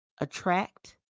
attract